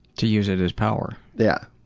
to use it as power. yeah